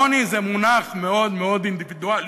העוני זה מונח מאוד מאוד אינדיבידואלי,